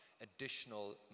additional